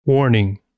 Warning